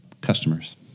customers